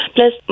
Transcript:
Plus